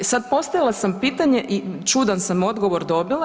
E sad, postavila sam pitanje i čudan sam odgovor dobila.